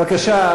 בבקשה.